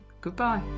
goodbye